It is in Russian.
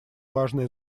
важное